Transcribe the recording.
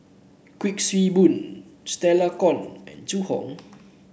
Kuik Swee Boon Stella Kon and Zhu Hong